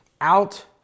out